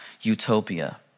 utopia